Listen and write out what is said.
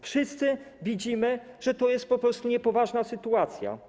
Wszyscy widzimy, że to jest po prostu niepoważna sytuacja.